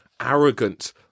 arrogant